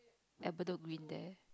at bedok Green there